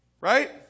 Right